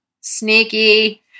Sneaky